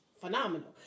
phenomenal